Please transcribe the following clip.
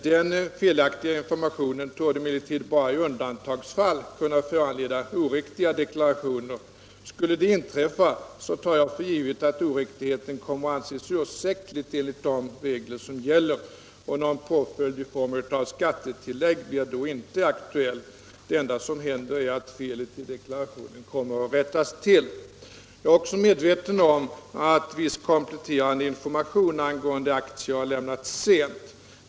Den felaktiga informationen torde emellertid bara i undantagsfall kunna föranleda oriktiga deklarationer. Skulle detta inträffa tar jag för givet att oriktigheten kommer att anses ursäktlig enligt de regler som gäller härom. Någon påföljd i form av skattetillägg blir då inte aktuell. Det enda som händer är att felet i deklarationen rättas till. Jag är också medveten om att viss kompletterande information angående aktier har lämnats sent.